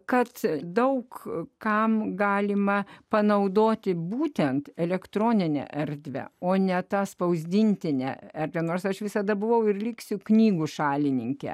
kad daug kam galima panaudoti būtent elektroninę erdvę o ne tą spausdintinę erdvę nors aš visada buvau ir liksiu knygų šalininkė